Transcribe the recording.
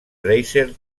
racer